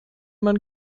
man